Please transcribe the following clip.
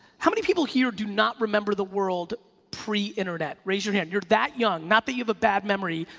how many people here do not remember the world pre internet, raise your hand, you're that young, not that you have a bad memory.